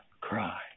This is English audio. cry